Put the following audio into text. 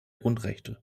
grundrechte